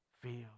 feel